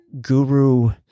guru